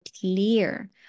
clear